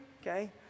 okay